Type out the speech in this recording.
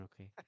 Okay